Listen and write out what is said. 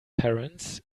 parents